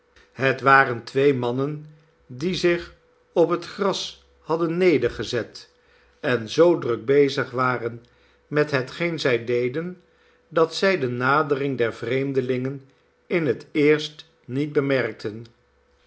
het waren twee mannen die zich op het gras hadden nedergezet en zoo druk bezig waren met hetgeen zij deden dat zij de nadering der vreerhdelingen in het eerst niet bemerkten